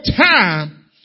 time